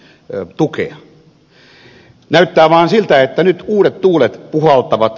näyttää vaan siltä että nyt uudet tuulet puhaltavat